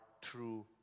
true